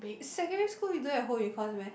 secondary school you don't have home econs meh